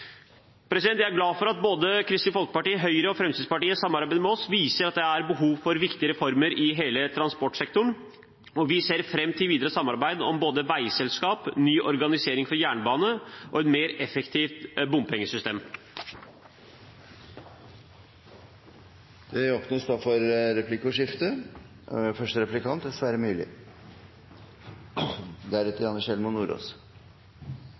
Jeg er glad for at både Kristelig Folkeparti, Høyre og Fremskrittspartiet i samarbeid med oss viser at det er behov for viktige reformer i hele transportsektoren. Vi ser fram til videre samarbeid om både veiselskap, ny organisering for jernbanen og et mer effektivt bompengesystem. Det